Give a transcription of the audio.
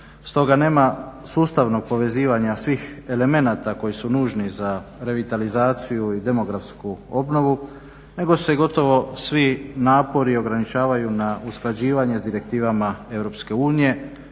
stoga nema sustavnog povezivanja svih elemenata koji su nužni za revitalizaciju i demografsku obnovu nego se gotovo svi napori ograničavaju na usklađivanje s direktivama EU,